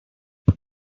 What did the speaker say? how